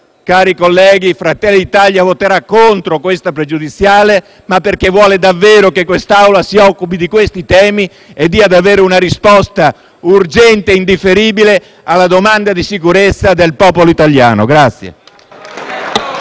cari colleghi, il Gruppo Fratelli d'Italia voterà contro questa pregiudiziale perché vuole davvero che quest'Aula si occupi di questi temi e dia una risposta urgente e indifferibile alla domanda di sicurezza del popolo italiano.